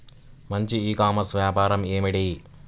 మంచి e commerce వ్యాపారం ఏమిటీ?